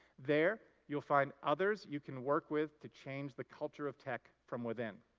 there, you'll find others you can work with to change the culture of tech from within.